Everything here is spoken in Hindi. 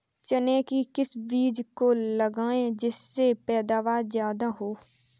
चने के किस बीज को लगाएँ जिससे पैदावार ज्यादा हो?